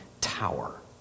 tower